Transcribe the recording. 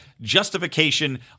justification